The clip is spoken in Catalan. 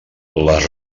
les